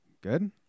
Good